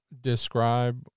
describe